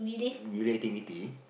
relativity